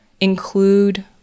include